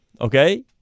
okay